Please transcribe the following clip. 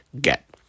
get